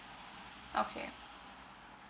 okay